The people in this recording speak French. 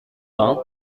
vingt